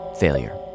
Failure